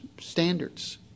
standards